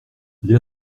les